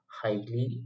highly